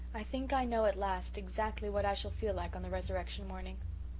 i think i know at last exactly what i shall feel like on the resurrection morning.